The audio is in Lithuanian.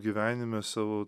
gyvenime savo